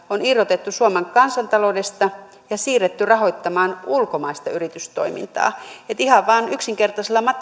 on irrotettu suomen kansantaloudesta ja siirretty rahoittamaan ulkomaista yritystoimintaa niin ihan vain yksinkertaisella